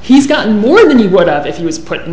he's gotten more money what of if he was put in the